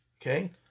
Okay